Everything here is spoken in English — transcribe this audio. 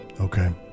Okay